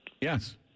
Yes